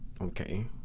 okay